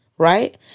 Right